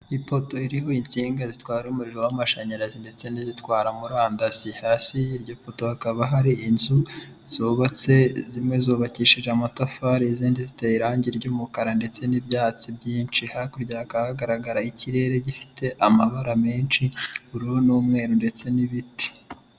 Ipoto iriho insinga zitwara umuriro w'amashanyarazi ndetse n'izitwara murandasi, hasi y'iryo poto hakaba hari inzu zubatse, zimwe zubakishije amatafari, izindi ziteye irangi ry'umukara, ndetse n'ibyatsi byinshi hakurya hakaba hagaragara ikirere gifite amabara menshi, ubururu n'umweru ndetse n'ibiti.